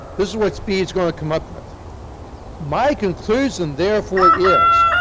this is what speed is going to come up with my conclusion, therefore, is,